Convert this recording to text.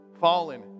fallen